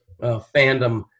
fandom